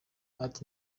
ati